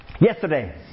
yesterday